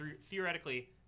theoretically